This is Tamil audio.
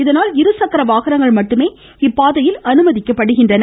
இதனால் இருசக்கர வாகனங்கள் மட்டுமே இப்பாதையில் அனுமதிக்கப்படுகிறது